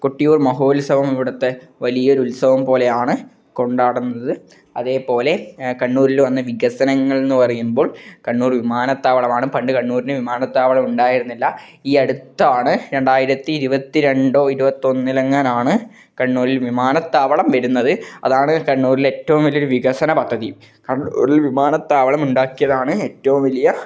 കൊട്ടിയൂർ മഹോത്സവം ഇവിടുത്തെ വലിയൊരു ഉത്സവം പോലെയാണ് കൊണ്ടാടുന്നത് അതേപോലെ കണ്ണൂരില് വന്ന വികസനങ്ങൾ എന്ന് പറയുമ്പോൾ കണ്ണൂർ വിമാനത്താവളം ആണ് പണ്ട് കണ്ണൂരിന് വിമാനത്താവളം ഉണ്ടായിരുന്നില്ല ഈ അടുത്താണ് രണ്ടായിരത്തി ഇരുപത്തി രണ്ടോ ഇരുപത്തൊന്നിലെങ്ങാനും ആണ് കണ്ണൂരിൽ വിമാനത്താവളം വരുന്നത് അതാണ് കണ്ണൂരിലെ ഏറ്റവും വലിയ ഒരു വികസന പദ്ധതിയും കണ്ണൂരിൽ ഒരു വിമാനത്താവളം ഉണ്ടാക്കിയതാണ് ഏറ്റവും വലിയ